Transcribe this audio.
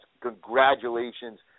Congratulations